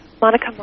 Monica